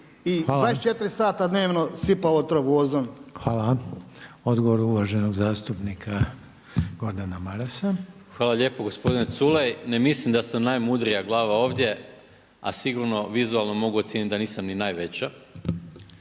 u ozon. **Reiner, Željko (HDZ)** Hvala. Odgovor uvaženog zastupnika Gordana Marasa. **Maras, Gordan (SDP)** Hvala lijepo gospodine Culej. Ne mislim da sam najmudrija glava ovdje a sigurno vizualno mogu ocijeniti da nisam ni najveća.